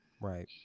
Right